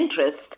interest